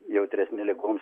jautresni ligoms